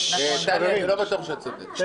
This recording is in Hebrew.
שאת צודקת.